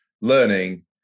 learning